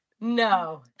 no